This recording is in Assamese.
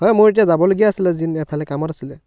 হয় মোৰ এতিয়া যাবলগীয়া আছিলে জিন এফালে কামত আছিলে